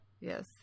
yes